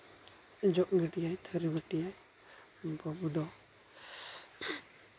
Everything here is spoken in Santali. ᱡᱚᱜ ᱜᱤᱰᱤᱭᱟᱭ ᱛᱷᱟᱹᱨᱤ ᱵᱟᱹᱴᱤᱭᱟᱭ ᱵᱟᱹᱵᱩ ᱫᱚ